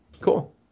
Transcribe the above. Cool